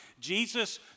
Jesus